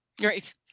Great